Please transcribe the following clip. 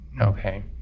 Okay